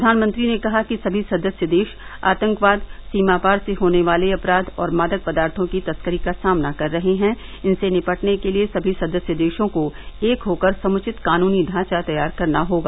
प्रधानमंत्री ने कहा कि सभी सदस्य देश आतंकवाद सीमापार से होने वाले अपराध और मादक पदार्थो की तस्करी का सामना कर रहे हैं इनसे निपटने के लिए सभी सदस्य देशों को एक होकर समुचित कानूनी ढांचा तैयार करना होगा